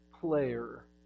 player